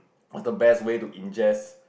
what's the best way to ingest